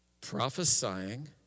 prophesying